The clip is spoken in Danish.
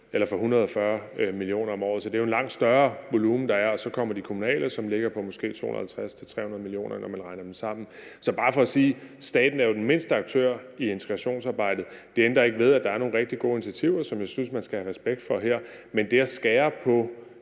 for 440 mio. kr. om året. Så det er jo en langt større volumen, der er. Og så kommer de kommunale, som ligger på måske 250-300 mio. kr., alt efter hvordan man regner dem sammen. Så det er bare for at sige, at staten jo er den mindste aktør i integrationsarbejdet. Det ændrer ikke på, at der er nogle rigtig gode initiativer, som jeg synes man skal have respekt for her. Men det at skære